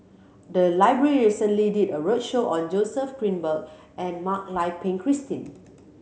the library recently did a roadshow on Joseph Grimberg and Mak Lai Peng Christine